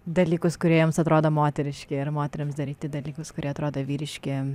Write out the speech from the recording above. dalykus kurie jiems atrodo moteriški ir moterims daryti dalykus kurie atrodo vyriški